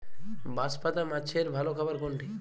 বাঁশপাতা মাছের ভালো খাবার কোনটি?